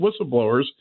whistleblowers